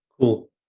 Cool